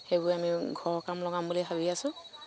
সেইবোৰ আমি ঘৰৰ কামত লগাম বুলি ভাবি আছো